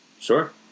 Sure